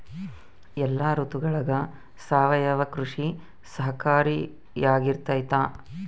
ಎಲ್ಲ ಋತುಗಳಗ ಸಾವಯವ ಕೃಷಿ ಸಹಕಾರಿಯಾಗಿರ್ತೈತಾ?